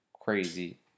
Crazy